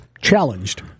Challenged